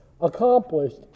accomplished